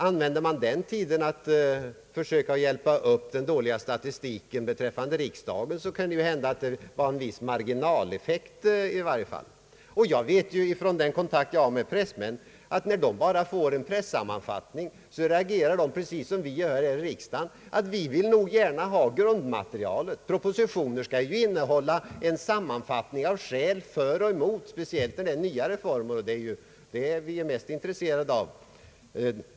Använde man den tiden till att försöka hjälpa upp den dåliga statistiken beträffande riksdagen, kanske det hade i varje fall en viss marginaleffekt. Jag vet från den kontakt jag har med pressmän att när de får bara en pressammanfattning reagerar de precis på samma sätt som vi gör här i riksdagen. De vill gärna ha grundmaterialet. Propositioner skall ju innehålla en sammanfattning av skäl för och emot, speciellt när det gäller nya reformer, och sådana är ju av största intresse.